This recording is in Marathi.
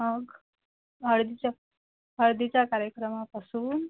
मग हळदीच्या हळदीच्या कार्यक्रमापासून